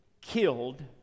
killed